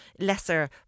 lesser